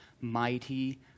mighty